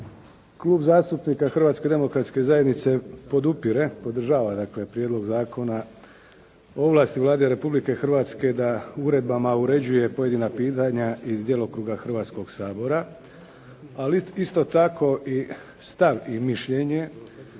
Klub zastupnika Hrvatske demokratske zajednice podupire, podržava dakle Prijedlog zakona o ovlasti Vlade Republike Hrvatske da uredbama uređuje pojedina pitanja iz djelokruga Hrvatskoga sabora, ali isto i stav i mišljenje